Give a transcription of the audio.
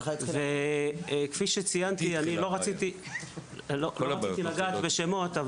אני לא רציתי לנקוב בשמות,